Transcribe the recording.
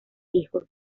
hijos